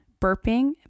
burping